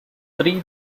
three